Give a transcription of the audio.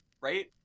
Right